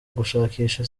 gushakisha